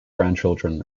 grandchildren